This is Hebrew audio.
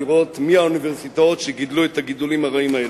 לראות מי האוניברסיטאות שגידלו את הגידולים הרעים האלה.